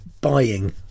buying